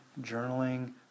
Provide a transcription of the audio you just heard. journaling